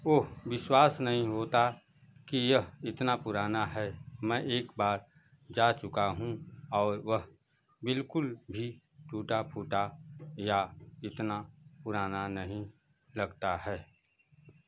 ओह विश्वास नहीं होता कि यह इतना पुराना है मैं एक बार जा चुका हूँ और वह बिल्कुल भी टूटा फूटा या इतना पुराना नहीं लगता है